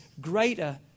greater